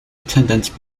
attendants